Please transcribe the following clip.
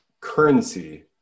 currency